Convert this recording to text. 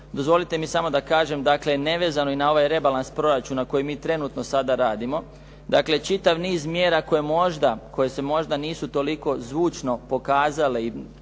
Dozvolite mi samo da kažem nevezano na ovaj rebalans proračuna koji mi sada radimo, dakle čitav niz mjera koje se možda nisu toliko zvučno pokazale i